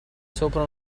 sopra